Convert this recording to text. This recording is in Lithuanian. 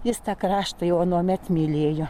jis tą kraštą jau anuomet mylėjo